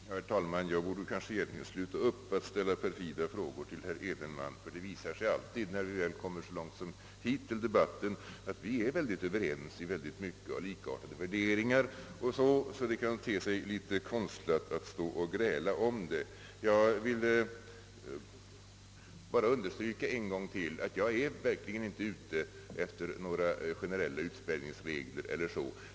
Herr talman! Jag borde väl egentligen sluta upp med att ställa perfida frågor till herr Edenman, ty det visar sig alltid i debatten att vi i stor utsträckning är överens och i många avseenden har likartade värderingar. Därför kan det kanske te sig litet konstlat att stå och gräla om denna fråga. Jag vill bara än en gång understryka, att jag verkligen inte är ute efter några generella utspärrningsregler eller dylikt.